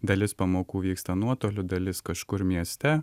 dalis pamokų vyksta nuotolių dalis kažkur mieste